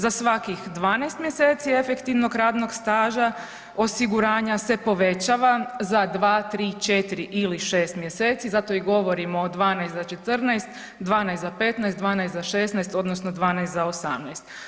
Za svakih 12 mjeseci efektivnog radnog staža osiguranja se povećava za 2, 3, 4 ili 6 mjeseci, zato i govorimo o 12 za 14, 12 za 15, 12 za 16, odnosno 12 za 18.